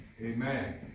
Amen